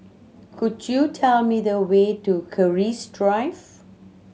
could you tell me the way to Keris Drive